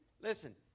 Listen